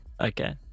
okay